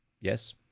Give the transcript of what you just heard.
Yes